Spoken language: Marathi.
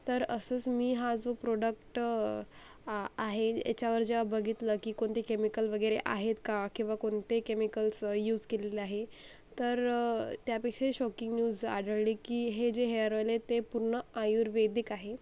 तर असंच मी हा जो प्रॉडक्ट आहे याच्यावर जेव्हा बघितलं की कोणते केमिकल वगैरे आहेत का किंवा कोणते केमिकल्स यूज केलेले आहे तर त्यापेक्षा शॉकिंग न्यूज आढळली की हे जे हेअर ऑईल आहे ते पूर्ण आयुर्वेदिक आहे